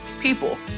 people